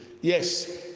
yes